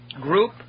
group